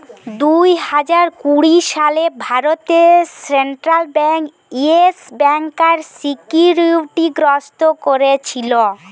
দুই হাজার কুড়ি সালে ভারতে সেন্ট্রাল বেঙ্ক ইয়েস ব্যাংকার সিকিউরিটি গ্রস্ত কোরেছিল